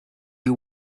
you